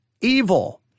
evil